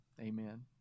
amen